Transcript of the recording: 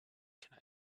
can